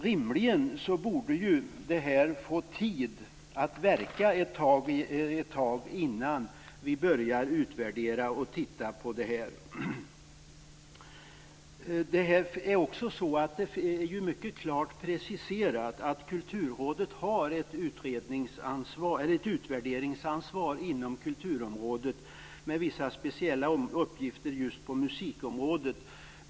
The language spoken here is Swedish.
Rimligen borde detta få tid att verka ett tag innan vi börjar utvärdera och titta på det hela. Det är mycket klart preciserat att Kulturrådet har ett utvärderingsansvar inom kulturområdet, med vissa speciella uppgifter just på musikområdet.